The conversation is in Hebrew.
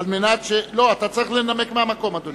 אתה צריך לנמק מהמקום, אדוני,